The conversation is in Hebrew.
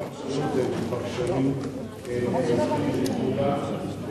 פרשנים הולכים לקולא.